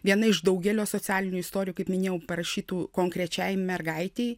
viena iš daugelio socialinių istorijų kaip minėjau parašytų konkrečiai mergaitei